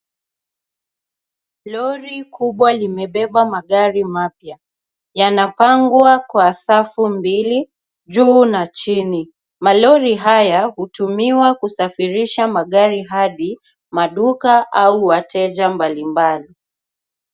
Lori kubwa limebeba magari mapya. Yamepangwa kwa safu mbili, juu na chini. Malori haya hutumiwa kusafirisha magari hadi maduka au wateja mbalimbali.